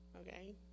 okay